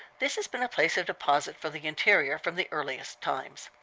this has been a place of deposit for the interior from the earliest times.